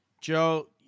Joe